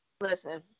Listen